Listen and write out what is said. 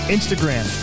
Instagram